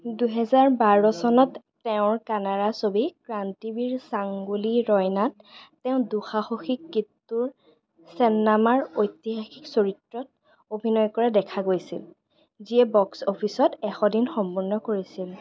দুহেজৰা বাৰ চনত তেওঁৰ কানাড়া ছবি ক্ৰান্তিভীৰ ছাংগোলি ৰয়নাত তেওঁ দুঃসাহসিক কিট্টুৰ চেন্নাম্মাৰ ঐতিহাসিক চৰিত্ৰত অভিনয় কৰা দেখা গৈছিল যিয়ে বক্স অফিচত এশ দিন সম্পূৰ্ণ কৰিছিল